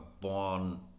born